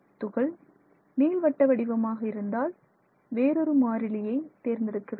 துகள் நீள்வட்ட வடிவமாக இருந்தால் வேறொரு மாறிலியை தேர்ந்தெடுக்க வேண்டும்